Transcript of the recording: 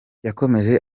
yakomeje